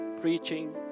preaching